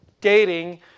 dating